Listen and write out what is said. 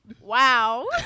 wow